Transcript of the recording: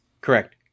Correct